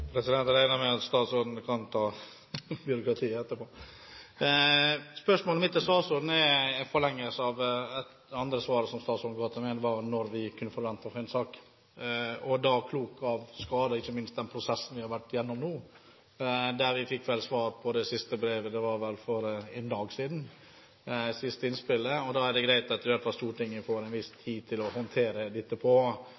president! Jeg regner med at statsråden kan ta byråkratiet etterpå. Spørsmålet mitt til statsråden er en forlengelse av det andre svaret som statsråden ga til meg, om når vi kunne forvente å få en sak. Klok av skade, og ikke minst med den prosessen vi har vært igjennom nå – vi fikk vel svar på det siste brevet, det siste innspillet, for én dag siden – så er det greit at Stortinget får en viss